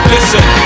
Listen